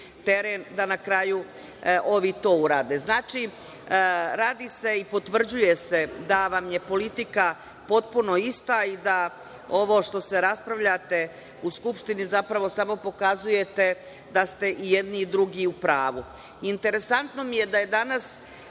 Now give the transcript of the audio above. teren da na kraju ovi to urade. Znači, radi se i potvrđuje se da vam je politika potpuno ista i da ovo što se raspravljate u Skupštini, zapravo samo pokazujete da ste i jedni i drugi u pravu. Interesantno mi je da je danas